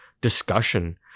discussion